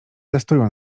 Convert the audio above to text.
testują